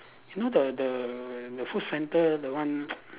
you know the the the food centre the one